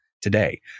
today